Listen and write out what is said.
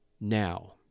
now